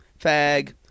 fag